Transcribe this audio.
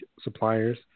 suppliers